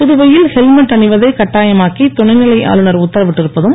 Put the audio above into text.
புதுவையில் ஹெல்மெட் அணிவதைக் கட்டாயமாக்கி துணைநிலை ஆளுனர் உத்தரவிட்டிருப்பதும்